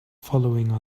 following